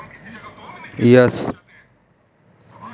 बहुत से देशों में फ़ोरेन एक्सचेंज की बहुत सी शाखायें भी पाई जाती हैं